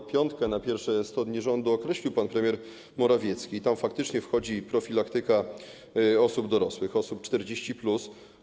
Tę piątkę na pierwsze 100 dni rządu określił pan premier Morawiecki i tam faktycznie wchodzi profilaktyka osób dorosłych, osób 40+.